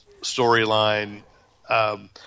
storyline